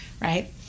right